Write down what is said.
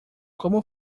como